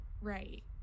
right